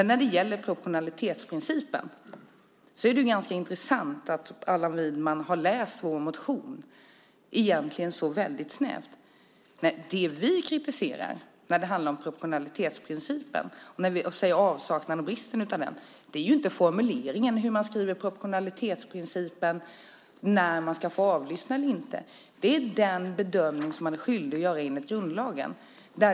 När det gäller proportionalitetsprincipen är det ganska intressant att Allan Widman har läst vår motion så väldigt snävt. Det vi kritiserar när det gäller proportionalitetsprincipen, eller avsaknaden och bristen på den, är inte formuleringen om när man ska få avlyssna eller inte. Det gäller den bedömning man är skyldig att göra enligt grundlagen.